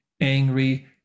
angry